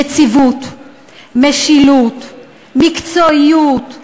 יציבות, משילות, מקצועיות,